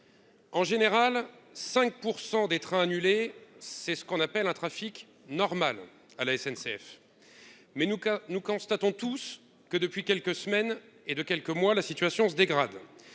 En général, 5 pour 100 des trains annulés, c'est ce qu'on appelle un trafic normal à la SNCF mais nous quand nous constatons tous que depuis quelques semaines et de quelques mois, la situation se dégrade,